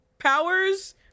powers